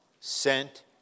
sent